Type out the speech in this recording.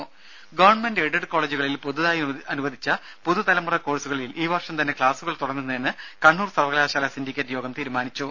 ദേദ government aided കോളേജുകളിൽ പുതുതായി അനുവദിച്ച പുതുതലമുറ കോഴ്സുകളിൽ ഈ വർഷം തന്നെ ക്സാസ്സുകൾ തുടങ്ങുന്നതിന് കണ്ണൂർ സർവ്വകലാശാല സിണ്ടിക്കേറ്റ് യോഗം തീരുമാനിച്ചു